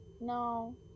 No